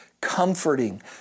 comforting